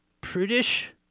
prudish